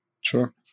Sure